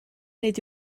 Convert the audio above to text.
nid